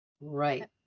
Right